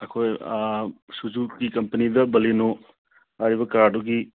ꯑꯩꯈꯣꯏ ꯁꯨꯖꯨꯀꯤ ꯀꯝꯄꯅꯤꯗ ꯕꯂꯦꯅꯣ ꯍꯥꯏꯔꯤꯕ ꯀꯥꯔꯗꯨꯒꯤ